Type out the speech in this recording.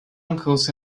uncles